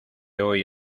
hoy